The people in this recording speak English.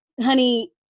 honey